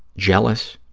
jealous,